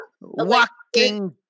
walking